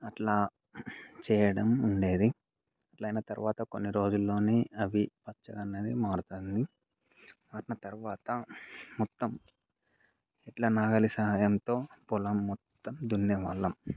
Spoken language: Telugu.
అట్లా చేయడం ఉండేది అట్లా అయిన తరువాత కొన్నిరోజుల్లోని అవి పచ్చ మారుతుంది మారిన తరవాత మొత్తం ఇట్లా నాగలి సాయంతో పొలం మొత్తం దున్నేవాళ్లం